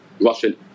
Russian